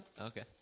Okay